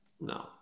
no